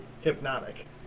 hypnotic